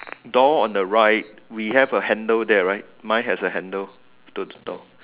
door on the right we have a handle there right mine has a handle to the door